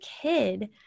kid